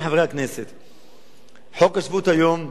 חוק השבות היום, בית-משפט דן בו ומתייחס אליו